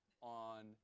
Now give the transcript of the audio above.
on